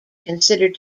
considered